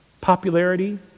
popularity